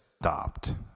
stopped